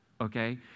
okay